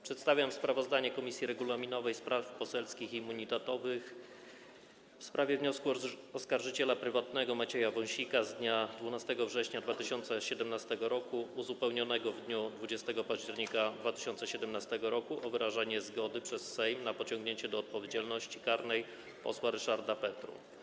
Przedstawiam sprawozdanie Komisji Regulaminowej, Spraw Poselskich i Immunitetowych w sprawie wniosku oskarżyciela prywatnego Macieja Wąsika z dnia 12 września 2017 r. uzupełnionego w dniu 20 października 2017 r. o wyrażenie zgody przez Sejm na pociągnięcie do odpowiedzialności karnej posła Ryszarda Petru.